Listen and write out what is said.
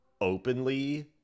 openly